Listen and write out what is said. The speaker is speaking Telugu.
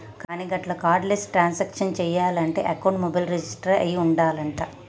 కానీ గట్ల కార్డు లెస్ ట్రాన్సాక్షన్ చేయాలంటే అకౌంట్ మొబైల్ రిజిస్టర్ అయి ఉండాలంట